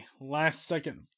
last-second